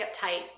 uptight